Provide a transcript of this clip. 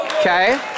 okay